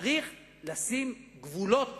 צריך לשים גבולות